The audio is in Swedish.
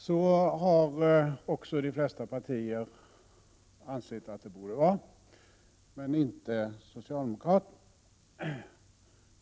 Så har också de flesta partier ansett att det borde vara, men inte socialdemokraterna.